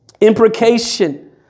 imprecation